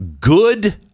Good